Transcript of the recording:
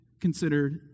considered